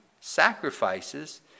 sacrifices